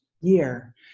year